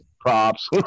props